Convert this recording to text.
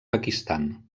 pakistan